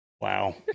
wow